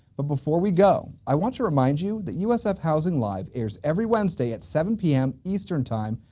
but before we go, i want to remind you that usf housing live! airs every wednesday at seven p m, eastern time,